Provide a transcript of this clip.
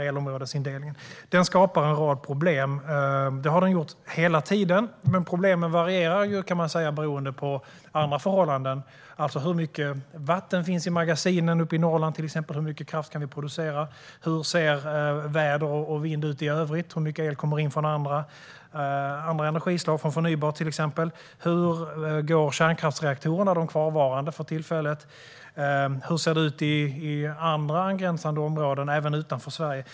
Elområdesindelningen skapar en rad problem, och det har den gjort hela tiden, men problemen varierar beroende på andra förhållanden, till exempel hur mycket vatten det finns i magasinen uppe i Norrland och hur mycket kraft som kan produceras. Hur ser väder och vind ut i övrigt? Hur mycket el kommer in från andra energislag såsom förnybart? Hur går de kvarvarande kärnkraftsreaktorerna för tillfället? Hur ser det ut i angränsande områden även utanför Sverige?